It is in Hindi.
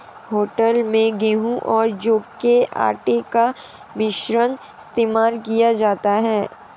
होटल में गेहूं और जौ के आटे का मिश्रण इस्तेमाल किया जाता है